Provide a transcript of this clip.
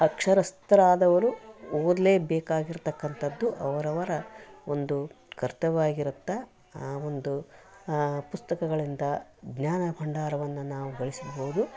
ಅಕ್ಷರಸ್ಥರಾದವರು ಓದಲೇ ಬೇಕಾಗಿರತಕ್ಕಂಥದ್ದು ಅವರವರ ಒಂದು ಕರ್ತವ್ಯ ಆಗಿರುತ್ತೆ ಆ ಒಂದು ಪುಸ್ತಕಗಳಿಂದ ಜ್ಞಾನ ಭಂಡಾರವನ್ನು ನಾವು ಗಳಿಸಬಹುದು